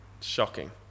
Shocking